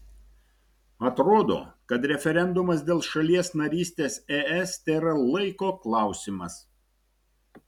atrodo kad referendumas dėl šalies narystės es tėra laiko klausimas